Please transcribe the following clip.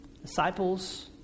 Disciples